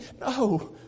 No